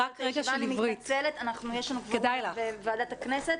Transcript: אני מתנצלת, יש לנו קוורום בוועדת הכנסת.